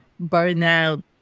burnout